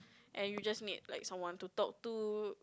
and you just need like someone to talk to